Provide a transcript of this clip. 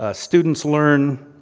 ah students learn,